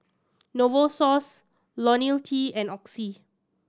Novosource Lonil T and Oxy